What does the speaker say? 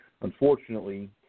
unfortunately –